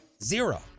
zero